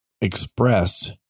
express